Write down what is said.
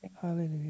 Hallelujah